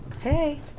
Hey